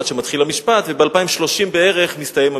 עד שמתחיל המשפט, וב-2030 בערך מסתיים המשפט.